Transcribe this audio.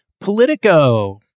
politico